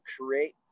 create